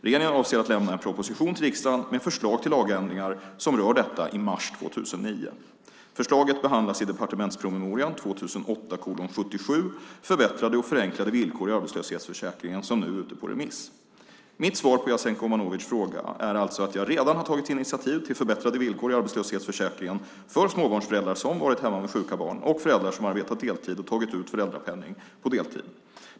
Regeringen avser att lämna en proposition till riksdagen med förslag till lagändringar som rör detta i mars 2009. Förslaget behandlas i departementspromemorian 2008:77 Förbättrade och förenklade villkor i arbetslöshetsförsäkringen , som nu är ute på remiss. Mitt svar på Jasenko Omanovics fråga är alltså att jag redan har tagit initiativ till förbättrade villkor i arbetslöshetsförsäkringen för småbarnsföräldrar som varit hemma med sjuka barn och föräldrar som arbetat deltid och tagit ut föräldrapenning på deltid.